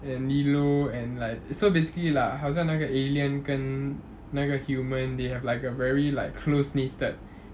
and lilo and like so basically lah 好像那个 alien 跟那个 human they have like a very like close knitted